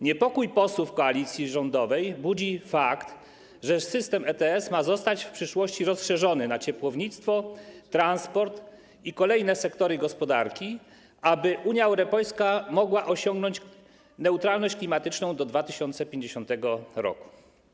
Niepokój posłów koalicji rządowej budzi fakt, że system ETS ma zostać w przyszłości rozszerzony na ciepłownictwo, transport i kolejne sektory gospodarki, aby Unia Europejska mogła osiągnąć neutralność klimatyczną do 2050 r.